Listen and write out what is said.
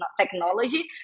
technology